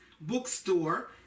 Bookstore